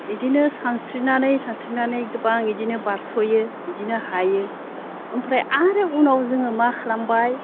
बिदिनो सानस्रिनानै सानस्रिनानै गोबां बिदिनो बारस'यो बिदिनो हायो ओमफ्राय आरो उनाव जोङो मा खालामबाय